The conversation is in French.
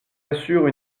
assure